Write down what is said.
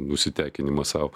nusitekinimą sau